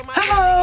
Hello